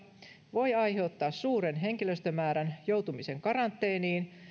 voi aiheuttaa suuren henkilöstömäärän joutumisen karanteeniin